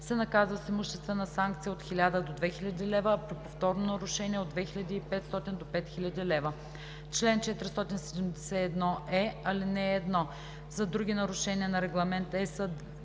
се наказва с имуществена санкция от 1000 до 2000 лв., а при повторно нарушение – от 2500 до 5000 лв. Чл. 471е. (1) За други нарушения на Регламент (EС)